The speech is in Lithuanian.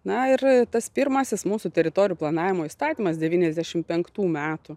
na ir tas pirmasis mūsų teritorijų planavimo įstatymas devyniasdešim penktų metų